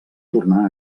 tornar